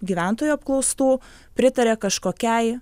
gyventojų apklaustų pritarė kažkokiai